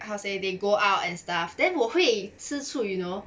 how to say they go out and stuff then 我会吃醋 you know